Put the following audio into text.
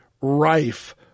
rife